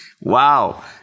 Wow